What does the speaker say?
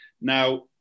Now